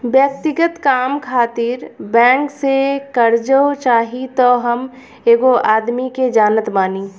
व्यक्तिगत काम खातिर बैंक से कार्जा चाही त हम एगो आदमी के जानत बानी